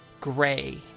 gray